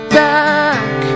back